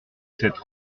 cette